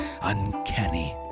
uncanny